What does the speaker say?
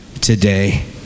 today